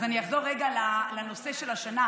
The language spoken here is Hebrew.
אז אני אחזור רגע לנושא של השנה,